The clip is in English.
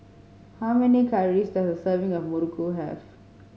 how many calories does a serving of muruku have